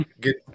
Get